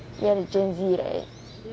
we are the generation Z right